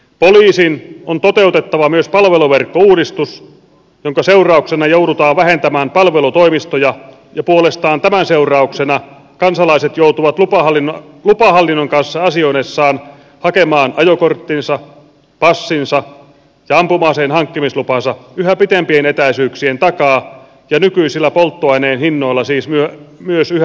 poliisin on toteutettava myös palveluverkkouudistus jonka seurauksena joudutaan vähentämään palvelutoimistoja ja puolestaan tämän seurauksena kansalaiset joutuvat lupahallinnon kanssa asioidessaan hakemaan ajokorttinsa passinsa ja ampuma aseen hankkimislupansa yhä pitempien etäisyyksien takaa ja nykyisillä polttoaineen hinnoilla siis myös yhä suuremmin kustannuksin